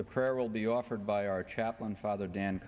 the prayer will be offered by our chaplain father dan